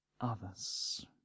others